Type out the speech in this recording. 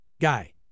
guy